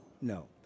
No